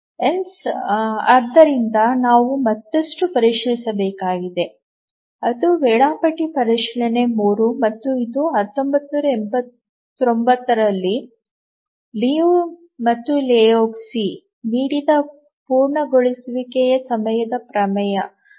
Haynes ನಾವು ಮತ್ತಷ್ಟು ಪರಿಶೀಲಿಸಬೇಕಾಗಿದೆ ಅದು ವೇಳಾಪಟ್ಟಿ ಪರಿಶೀಲನೆ 3 ಇದು 1989 ರಲ್ಲಿ ಲಿಯು ಮತ್ತು ಲೆಹೋಜ್ಕಿ ನೀಡಿದ ಪೂರ್ಣಗೊಳಿಸುವಿಕೆಯ ಸಮಯದ ಪ್ರಮೇಯವಾಗಿದೆ